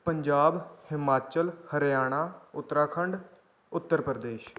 Punjab Himachal Haryana Uttarakhand Uttar Pradesh